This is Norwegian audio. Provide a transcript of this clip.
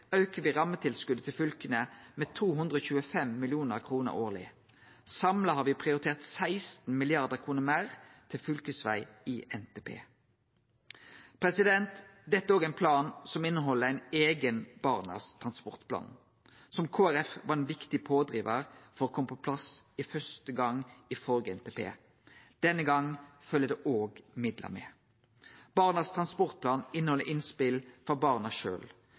aukar me rammetilskotet til fylka med 225 mill. kr årleg. Samla har me prioritert 16 mrd. kr meir til fylkesveg i NTP. Dette er òg ein plan som inneheld ein eigen Barnas transportplan, som Kristeleg Folkeparti var ein viktig pådrivar for at kom på plass for første gang i førre NTP. Denne gongen følgjer det òg midlar med. Barnas transportplan inneheld innspel frå barna